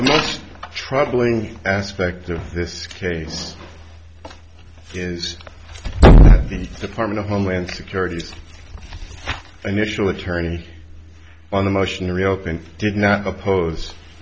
the most troubling aspect of this case is the department of homeland security's initial attorney on the motion to reopen did not oppose